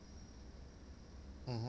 mmhmm